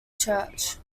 church